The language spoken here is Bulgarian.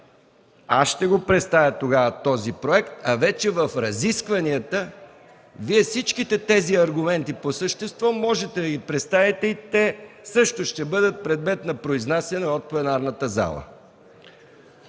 Аз ще го представя тогава този проект, а в разискванията Вие всички тези аргументи по същество, можете да ги представите и те също ще бъдат предмет на произнасяне от пленарната зала.